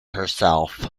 herself